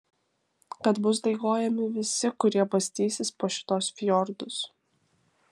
kad bus daigojami visi kurie bastysis po šituos fjordus